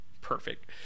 Perfect